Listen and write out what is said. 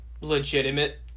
legitimate